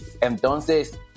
Entonces